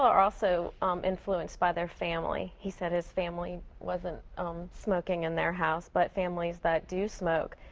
also um influenced by their family. he said his family wasn't smoking in their house, but families that do smoke,